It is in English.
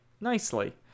nicely